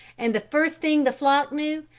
and the first thing the flock knew,